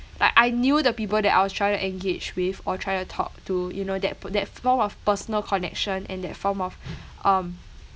like I knew the people that I was trying to engage with or trying to talk to you know that p~ that form of personal connection and that form of um